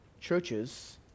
churches